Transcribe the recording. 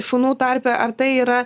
šunų tarpe ar tai yra